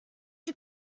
you